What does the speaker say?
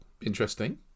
Interesting